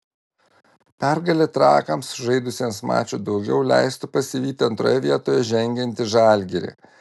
pergalė trakams sužaidusiems maču daugiau leistų pasivyti antroje vietoje žengiantį žalgirį